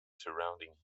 surrounding